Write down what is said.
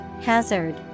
Hazard